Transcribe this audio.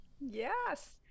yes